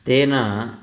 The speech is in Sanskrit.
तेन